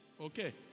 Okay